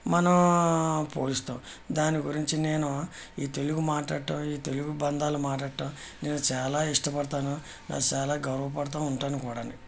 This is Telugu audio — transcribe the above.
మనం పోలుస్తాం దాని గురించి నేను ఈ తెలుగు మాట్లాడడం ఈ తెలుగు బంధాలు మాట్లాడటం నేను చాలా ఇష్టపడతాను చాలా గర్వపడుతూ ఉంటాను కూడాను